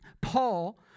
Paul